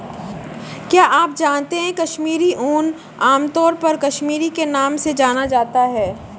क्या आप जानते है कश्मीरी ऊन, आमतौर पर कश्मीरी के नाम से जाना जाता है?